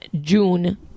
June